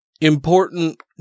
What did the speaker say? important